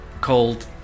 called